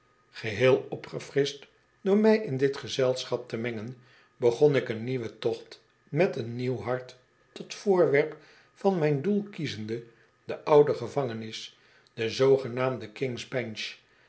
geheel opgefrischt door mij in dit gezelschap te mengen begon ik een nieuwen tocht met een nieuw hart tot voorwerp van mijn doel kiezende de oude gevangenis de zoogenaamde kings benen